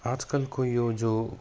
आजकलको यो जो